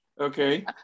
okay